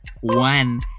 one